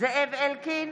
זאב אלקין,